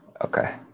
okay